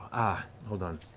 ah, hold on.